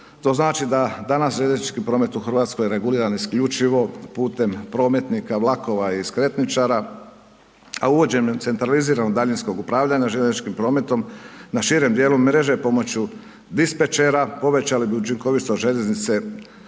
to znači da danas željeznički promet u Hrvatskoj je reguliran isključivo putem prometnika vlakova i skretničara a uvođenje centraliziranog daljinskog upravljanja željezničkim prometa na širem djelu mreže pomoću dispečera, povećali bi učinkovitost željeznice